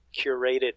curated